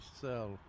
sell